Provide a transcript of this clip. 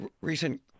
recent